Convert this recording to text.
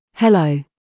Hello